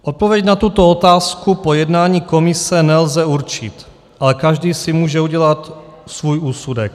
Odpověď na tuto otázku po jednání komise nelze určit, ale každý si může udělat svůj úsudek.